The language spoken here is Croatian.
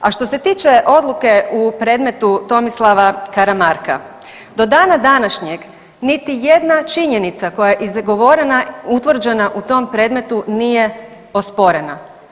A što se tiče odluke u predmetu Tomislava Karamarka, do dana današnjeg niti jedna činjenica koja je izgovorena, utvrđena u tom predmetu nije osporena.